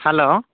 hello